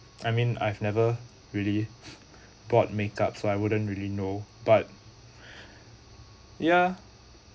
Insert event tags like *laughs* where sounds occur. I mean I've never really *laughs* bought makeup so I wouldn't really know but ya